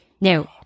Now